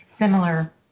similar